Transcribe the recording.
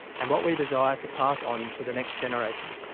and what we desire to pass on to the next generation.